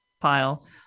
pile